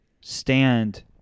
stand